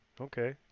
Okay